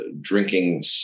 drinking